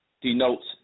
denotes